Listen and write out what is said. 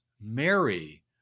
Mary